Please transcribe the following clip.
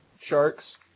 Sharks